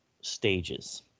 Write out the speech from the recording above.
stages